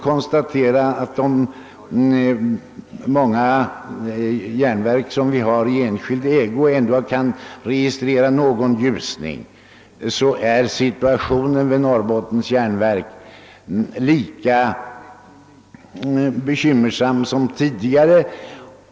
Medan järnverk i enskild ägo nu kan registrera någon ljusning är situationen vid Norrbottens järnverk lika bekymmersam som tidigare.